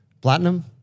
platinum